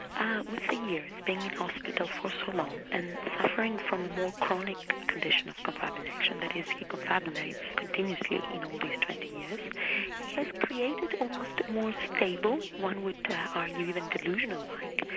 um ah years being in hospital for so long and suffering from the more chronic condition of confabulation, that is he confabulates continuously in all these twenty years he has created almost a more stable, one would argue, than delusional-like,